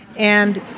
and.